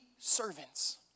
servants